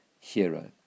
Hero